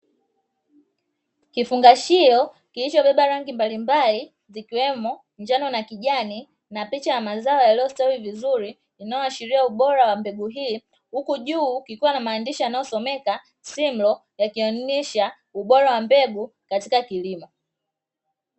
Kifungashio kilichobeba rangi mbalimbali zikiwemo njano na kijani na picha ya mazao yaliyostawi vizuri inayoashiria ubora wa mbegu hii, huku juu kikiwa na maandishi yanayosomeka simlo yakionyesha ubora wa mbegu katika kilimo.